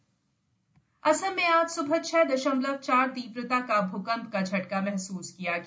असम भूकम्प असम में आज सुबह छह दशमलव चार तीव्रता का भूकम्प का झटका महसूस किया गया